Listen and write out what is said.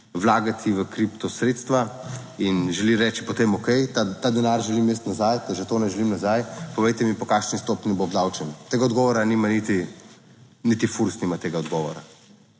vlagati v kripto sredstva in želi reči potem, okej, ta denar želim imeti nazaj, že to ne želim nazaj, povejte mi, po kakšni stopnji bo obdavčen. Tega odgovora nima niti, niti FURS nima tega odgovora.